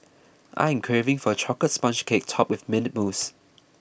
I am craving for a Chocolate Sponge Cake Topped with Mint Mousse